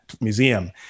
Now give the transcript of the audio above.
museum